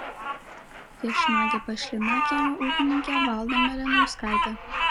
viešnagė pas šlynakiemio ūkininkę valdą malinauskaitę